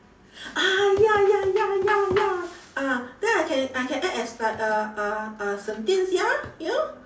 ah ya ya ya ya ya ah then I can I can act as like a a a 沈殿霞：shen dian xia you know